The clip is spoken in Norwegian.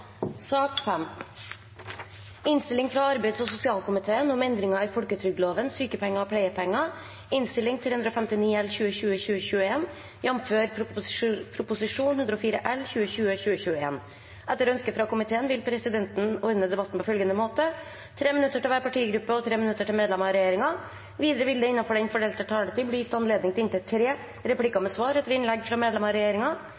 sak nr. 4. Etter ønske fra arbeids- og sosialkomiteen vil presidenten ordne debatten på følgende måte: 3 minutter til hver partigruppe og 3 minutter til medlemmer av regjeringen. Videre vil det – innenfor den fordelte taletid – bli gitt anledning til inntil tre replikker med svar etter innlegg fra medlemmer av